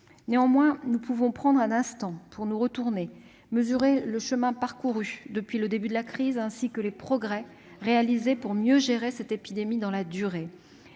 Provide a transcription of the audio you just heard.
Néanmoins, nous pouvons prendre un instant pour nous retourner et mesurer le chemin parcouru depuis le début de la crise, ainsi que les progrès réalisés pour mieux gérer cette épidémie dans la durée,